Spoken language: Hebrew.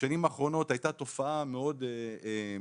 בשנים האחרונות הייתה תופעה מאוד גדולה